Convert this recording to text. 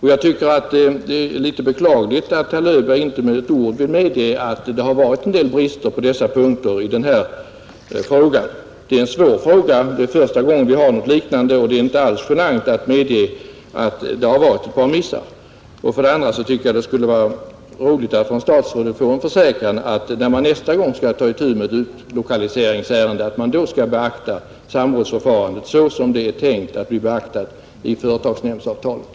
Jag tycker att det är beklagligt att statsrådet Löfberg inte med ett ord vill medge att det förekommit en del brister på dessa punkter i denna fråga. Det är en svår fråga och det är första gången vi har något liknande. Det är inte alls genant att medge att det förekommit ett par missar. Vidare tycker jag att det skulle vara roligt att från statsrådet få en försäkran om att man, när man nästa gång skall ta itu med ett utlokaliseringsärende, skall beakta samrådsförfarandet såsom det i företagsnämndsavtalet är tänkt att det skall bli beaktat.